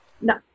No